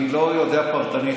אני לא יודע פרטנית,